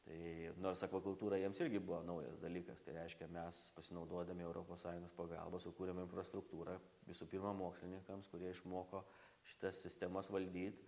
tai nors akvakultūra jiems irgi buvo naujas dalykas tai reiškia mes pasinaudodami europos sąjungos pagalba sukūrėm infrastruktūrą visų pirma mokslininkams kurie išmoko šitas sistemas valdyt